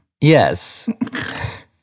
Yes